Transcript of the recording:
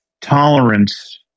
tolerance